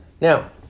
Now